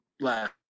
last